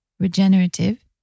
regenerative